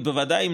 בוודאי,